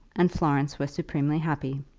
and florence was supremely happy.